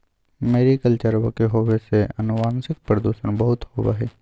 मैरीकल्चरवा के होवे से आनुवंशिक प्रदूषण बहुत होबा हई